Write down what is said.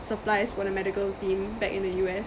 supplies for the medical team back in the U_S